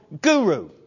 guru